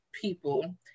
people